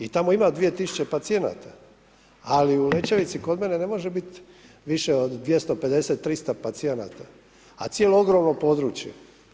I tamo ima 2000 pacijenata, ali u Lećevici kod mene ne može biti više od 250, 300 pacijenata, a cijelo ogromno područje.